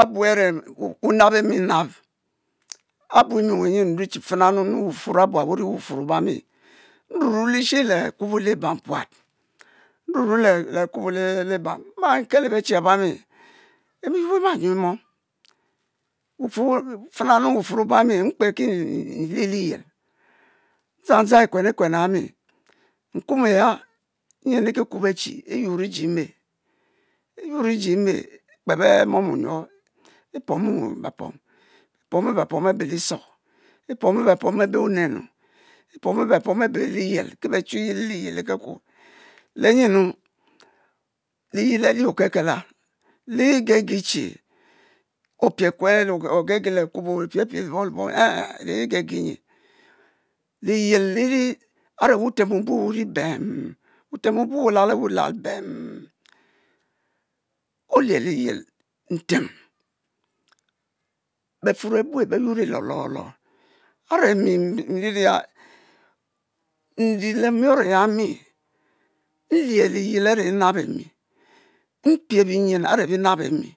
Abu a're wunabRminab, abu mi wunyem nrue che fena nunu nrue wu'fuor a'bua wu'ri wufuor obua mi nru’ rue leshe le akubo libam puat nrurue le akubo lebam mma nkelo bechi abami iyu bo imanyue mom fena nu fena wufuour obami nkefe ki mma lie liyel dzang dzo ikuenikue ehami nkuomuya nyi nriiki kwo bechi iyuor iji eme iyuoro iji eme ekpe'r mom onyuo, ipomo bepou ab'e li'so ipomo bepom abe'onenu, ipomo bepom ab'e liyel, ke bechuye le liyel a'li leke-kut, le nyenu? liyel a'li okekelo ligege che, ogege le akubo opie pie lebong-lebong en en lige ge nyi, liyel li a're wutem obue wuri bem, wufem obue wu’ lal ewe lal bem, olie liyel ntem, befuour abue be'yuro lololo, a're mi nririya, nri le miou ehami nlie liyel a're inabemi, mpie binyen a're inab emi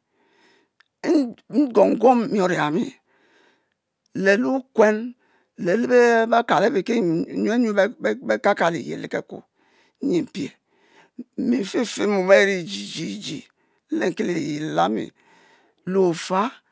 nnguoguom mion ehami le lokuen, le le bakal abie ki nyueyue be’ kaka liyel lekekuo nyi mpie, mi nnfefe mom e ti dididi, nlenki liyel elami le'ofa